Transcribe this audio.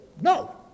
no